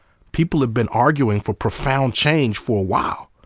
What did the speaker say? people have been arguing for profound change for a while.